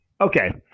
Okay